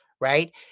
right